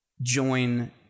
join